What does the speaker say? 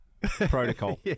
protocol